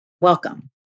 welcome